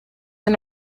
and